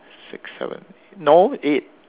six seven eight no eight